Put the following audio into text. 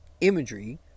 imagery